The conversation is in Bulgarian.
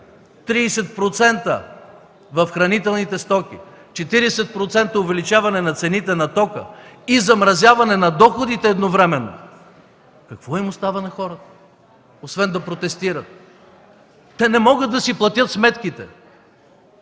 в хранителните стоки, 40% увеличаване цените на тока и замразяване на доходите. Едновременно! Какво им остава на хората, освен да протестират? Те не могат да си платят сметките.